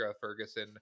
Ferguson